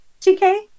TK